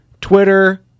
Twitter